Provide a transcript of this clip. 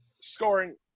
scoring